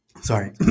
sorry